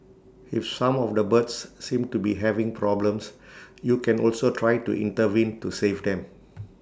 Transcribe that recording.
if some of the birds seem to be having problems you can also try to intervene to save them